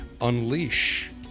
unleash